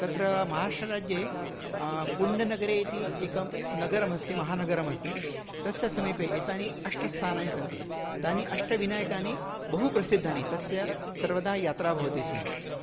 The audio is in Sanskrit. तत्र महाराष्ट्रराज्ये पुण्यनगरे इति एकं नगरमस्ति महानगरमस्ति तस्य समीपे एतानि अष्ट स्थानानि सन्ति तानि अष्ट विनायकानि बहु प्रसिद्धानि तस्य सर्वदा यात्रा भवति स्म